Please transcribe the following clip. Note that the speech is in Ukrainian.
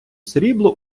срібло